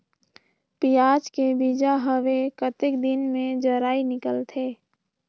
पियाज के बीजा हवे कतेक दिन मे जराई निकलथे?